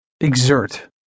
exert